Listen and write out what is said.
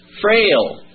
frail